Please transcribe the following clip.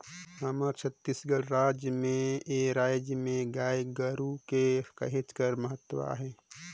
हमर छत्तीसगढ़ राज में ए राएज में गाय गरू कर कहेच कर महत अहे